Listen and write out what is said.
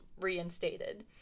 reinstated